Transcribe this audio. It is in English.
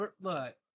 look